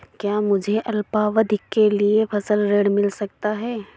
क्या मुझे अल्पावधि के लिए फसल ऋण मिल सकता है?